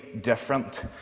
different